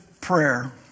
prayer